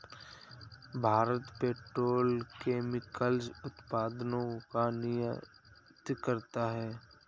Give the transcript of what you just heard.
Bharat petrochemicals उत्पादों का निर्यात करता है